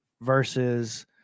versus